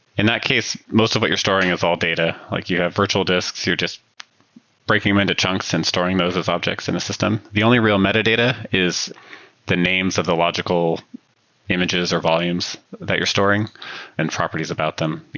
in that case, most of what you're storing is all data. like you have virtual disks. you're just breaking them into chunks and storing those as objects in a system. the only real metadata is the names of the logical images or volumes that you're storing and properties about them,